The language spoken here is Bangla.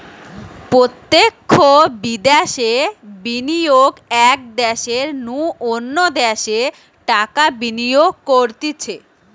প্রত্যক্ষ বিদ্যাশে বিনিয়োগ এক দ্যাশের নু অন্য দ্যাশে টাকা বিনিয়োগ করতিছে